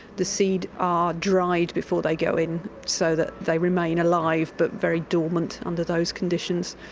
the seeds are dried before they go in so that they remain alive but very dormant under those conditions,